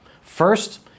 First